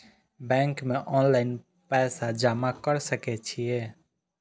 Bank में online पैसा जमा कर सके छीये?